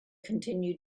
continue